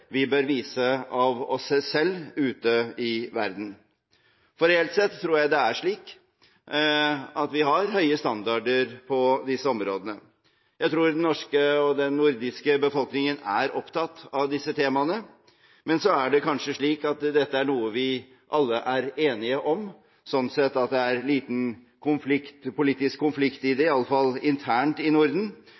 vi bør vise av oss selv ute i verden. For jeg tror det reelt sett er slik at vi har høye standarder på disse områdene. Jeg tror den norske og den nordiske befolkningen er opptatt av disse temaene, men så er det kanskje slik at dette er noe vi alle er enige om, og at det sånn sett er liten politisk konflikt i dette, iallfall internt i Norden.